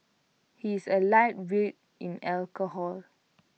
he is A lightweight in alcohol